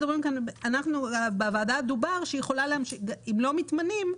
בוועדה דובר שאם לא מתמנים,